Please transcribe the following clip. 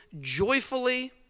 joyfully